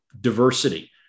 diversity